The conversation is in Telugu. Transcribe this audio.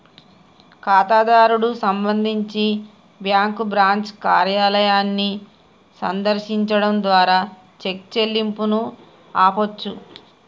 ఖాతాదారుడు సంబంధించి బ్యాంకు బ్రాంచ్ కార్యాలయాన్ని సందర్శించడం ద్వారా చెక్ చెల్లింపును ఆపొచ్చు